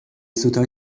سوتا